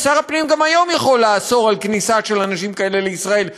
כי שר הפנים גם היום יכול לאסור כניסה של אנשים כאלה לישראל,